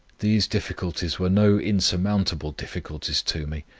these difficulties were no insurmountable difficulties to me,